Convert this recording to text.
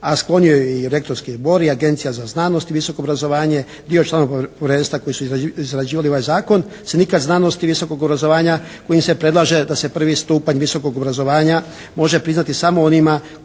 a sklon joj je i rektorski zbor i Agencija za znanost i visoko obrazovanje, dio članova povjerenstva koji su izrađivali ovaj Zakon …/Govornik se ne razumije./… i visokog obrazovanja kojim se predlaže da se prvi stupanj visokog obrazovanja može priznati samo onima koji nakon